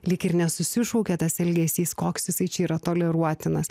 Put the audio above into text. lyg ir nesusišaukia tas elgesys koks jisai čia yra toleruotinas